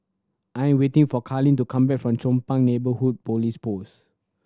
I am waiting for Karlene to come back from Chong Pang Neighbourhood Police Post